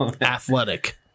Athletic